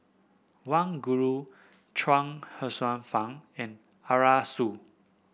Wang Gungwu Chuang Hsueh Fang and Arasu